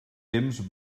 temps